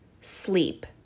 sleep